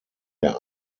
der